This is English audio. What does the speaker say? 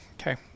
okay